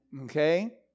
Okay